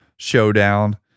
showdown